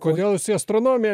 kodėl jūs į astronomiją